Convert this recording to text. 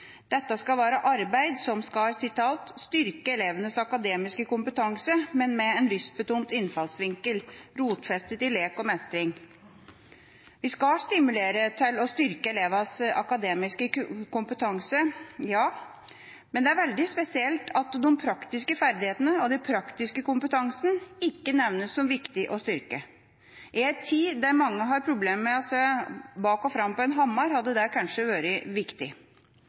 Dette skal være arbeid som skal «styrke elevenes akademiske kompetanse, men med en lystbetont innfallsvinkel, rotfestet i lek og mestring». Vi skal stimulere til å styrke elevenes akademiske kompetanse, ja, men det er veldig spesielt at de praktiske ferdighetene og den praktiske kompetansen ikke nevnes som viktig å styrke. I en tid der mange har problemer med å se bak og fram på en hammer, hadde det kanskje vært viktig.